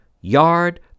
yard